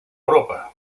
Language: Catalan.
europa